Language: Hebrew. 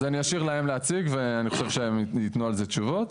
אז אני אשאיר להם להציג ואני חושב שהם יתנו על זה תשובות.